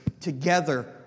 together